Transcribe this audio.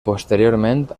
posteriorment